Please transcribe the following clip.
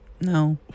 No